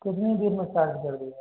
कितनी देर में चार्ज कर देगा